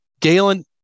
Galen